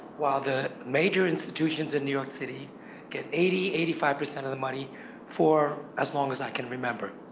while the major institutions in new york city get eighty, eighty five percent of the money for as long as i can remember.